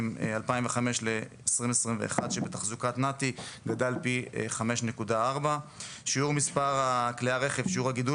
2005 ל-2021 שבתחזוקת נת"י היה פי 5.4. שיעור הגידול